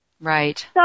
Right